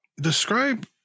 describe